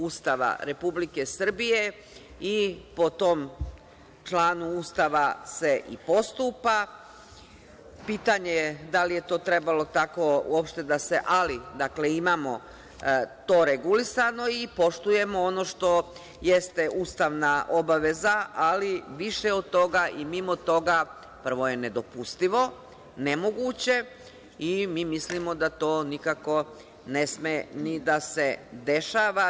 Ustava Republike Srbije i po tom članu Ustava se i postupa, pitanje je da li je to trebalo tako uopšte, ali imamo to regulisano i poštujemo ono što jeste ustavna obaveza, ali više od toga i mimo toga prvo je nedopustivo, nemoguće i mi mislimo da to nikako ne sme ni da se dešava.